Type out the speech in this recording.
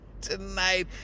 tonight